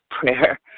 prayer